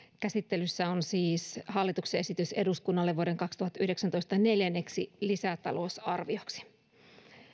käsittelyssä on siis hallituksen esitys eduskunnalle vuoden kaksituhattayhdeksäntoista neljänneksi lisätalousarvioksi